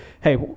hey